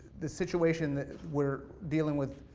the situation we're dealing with,